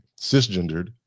Cisgendered